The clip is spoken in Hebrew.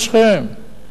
בשכם.